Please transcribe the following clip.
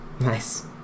Nice